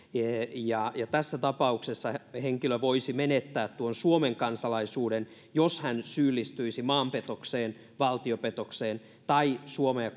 tässä tapauksessa henkilö voisi menettää tuon suomen kansalaisuuden jos hän syyllistyisi maanpetokseen valtiopetokseen tai suomea